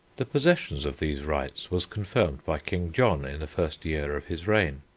the possession of these rights was confirmed by king john in the first year of his reign.